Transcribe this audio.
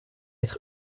être